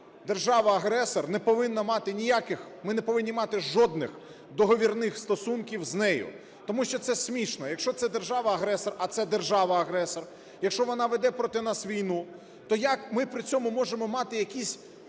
держава-агресор не повинна мати ніяких, ми не повинні мати жодних договірних стосунків з нею. Тому що це смішно, якщо це держава-агресор, а це держава-агресор, якщо вона веде проти нас війну, то як ми при цьому можемо мати якісь